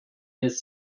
his